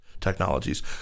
technologies